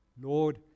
Lord